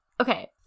Okay